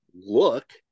look